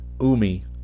Umi